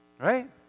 right